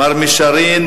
מר מישארין,